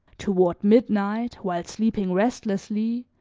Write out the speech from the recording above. toward midnight, while sleeping restlessly,